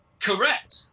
Correct